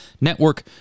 Network